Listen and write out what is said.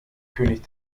könig